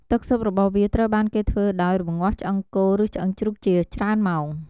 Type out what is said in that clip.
ទឺកស៊ុបរបស់វាត្រូវបានគេធ្វើដោយ រំងាស់ឆ្អឹងគោ ឬឆ្អឺងជ្រូកជាច្រើនម៉ោង។